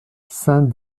saint